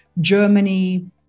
Germany